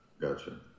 Gotcha